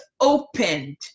opened